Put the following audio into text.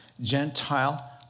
Gentile